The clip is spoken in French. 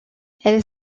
elle